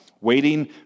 waiting